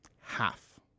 Half